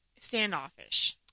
Standoffish